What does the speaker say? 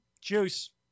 Juice